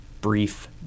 brief